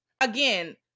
again